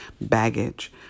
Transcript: baggage